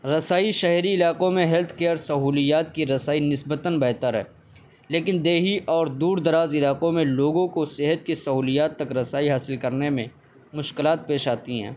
رسائی شہری علاقوں میں ہیلتھ کیئر سہولیات کی رسائی نسبتاً بہتر ہے لیکن دیہی اور دور دراز علاقوں میں لوگوں کو صحت کی سہولیات تک رسائی حاصل کرنے میں مشکلات پیش آتی ہیں